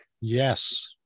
Yes